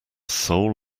soul